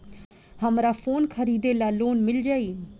हमरा फोन खरीदे ला लोन मिल जायी?